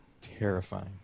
Terrifying